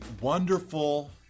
wonderful